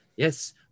Yes